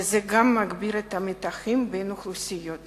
וזה גם מגביר את המתחים בין האוכלוסיות.